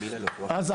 אז,